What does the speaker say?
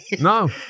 no